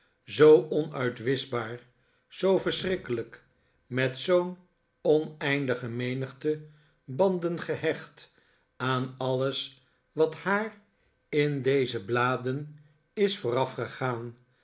zoo onuitwischbaar zoo verschrikkelijk met zoo'n oneindige menigte banden gehecht aan alles wat haar in deze bladen is